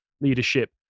leadership